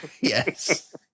Yes